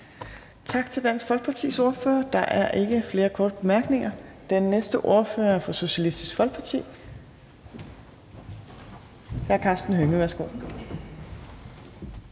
Tak til Dansk Folkepartis ordfører. Der er ikke flere korte bemærkninger. Den næste ordfører af fra Socialistisk Folkeparti. Hr. Karsten Hønge, værsgo.